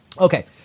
Okay